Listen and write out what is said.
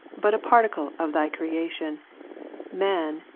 but a particle of thy creation man,